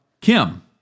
Kim